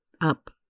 up